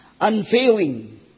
unfailing